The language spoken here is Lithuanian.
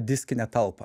diskinę talpą